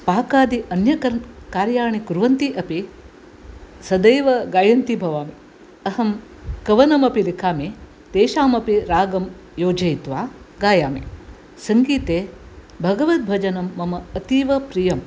पाकादि अन्यत् कार्याणि कुर्वन्ती अपि सदैव गायन्ती भवामि अहं कवनमपि लिखामि तेषामपि रागं योजयित्वा गायामि सङ्गीते भगवद्भजनं मम अतीवप्रियम्